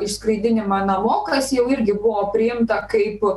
išskraidinimą namo kas jau irgi buvo priimta kaip